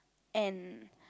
and